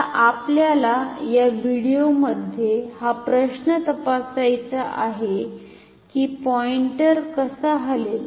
आता आपल्याला या व्हिडिओमध्ये हा प्रश्न तपासायचा आहे की पॉईंटर कसा हलेल